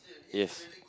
yes